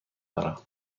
دارم